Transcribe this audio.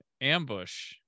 Ambush